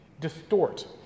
Distort